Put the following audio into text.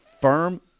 firm